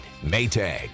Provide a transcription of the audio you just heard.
Maytag